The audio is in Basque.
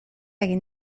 egin